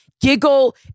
giggle